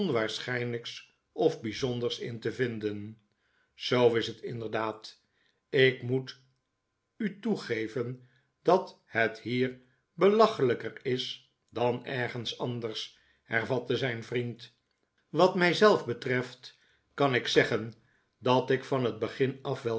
onwaarschijnlijks of bijzonders in te vinden zoo is het inderdaad ik moet u toegeven dat het hier belachelijker is dan ergens anders hervatte zijn vriend wat mij zelf betreft kan ik zeggen dat ik van het begin af